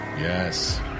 Yes